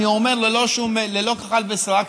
אני אומר ללא כחל ושרק,